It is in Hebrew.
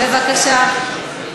בבקשה.